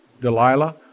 Delilah